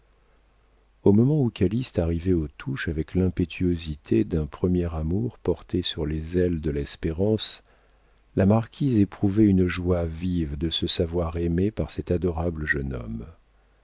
au moment où calyste arrivait aux touches avec l'impétuosité d'un premier amour porté sur les ailes de l'espérance la marquise éprouvait une joie vive de se savoir aimée par cet adorable jeune homme